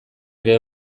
ere